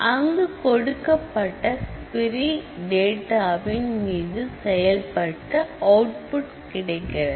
அங்கு கொடுக்கப்பட்ட க்வரி டேட்டாவின் மீது மீது செயல்பட்டு அவுட்புட் கிடைக்கிறது